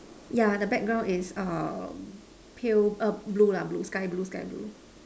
yeah the background is um pale err blue lah blue sky blue sky blue